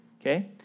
Okay